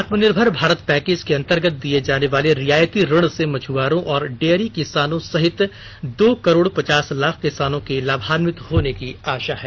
आत्मनिर्भर भारत पैकेज के अंतर्गत दिए जाने वाले रियायती ऋण से मछुआरों और डेयरी किसानों सहित दो करोड़ पचास लाख किसानों के लाभान्वित होने की आशा है